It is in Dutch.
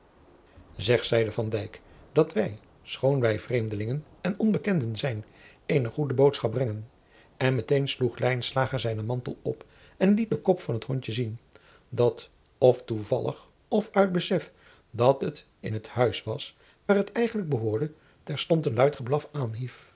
zeg zeide van dijk dat wij schoon wij vreemdelingen en onbekenden zijn eene goede boodschap brengen en met een sloeg lijnslager zijnen mantel op en liet den kop van het hondje zien dat of toevallig of uit besef dat het in het huis was waar het eigenlijk behoorde terstond een luid